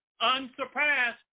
unsurpassed